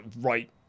right